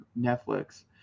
Netflix